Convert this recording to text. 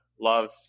love